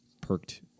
perked